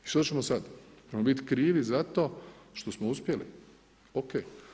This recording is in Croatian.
I što ćemo sad, hoćemo biti krivi za to, što smo uspjeli, ok.